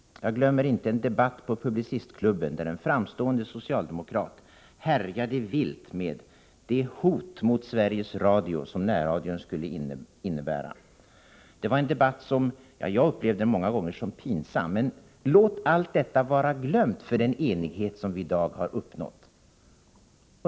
Jag glömmer inte en debatt på Publicistklubben då en framstående socialdemokrat härjade vilt med det hot mot Sveriges Radio som närradion skulle innebära. Det var en debatt som jag många gånger upplevde som pinsam, men låt allt detta vara glömt för den enighet som vi i dag har uppnått.